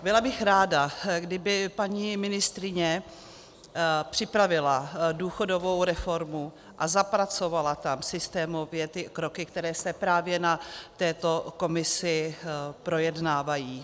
Byla bych ráda, kdyby paní ministryně připravila důchodovou reformu a zapracovala tam systémově kroky, které se právě na této komisi projednávají.